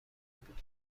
بود